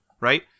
right